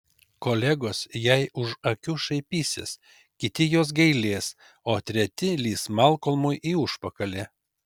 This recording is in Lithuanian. kolegos jai už akių šaipysis kiti jos gailės o treti lįs malkolmui į užpakalį